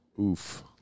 Oof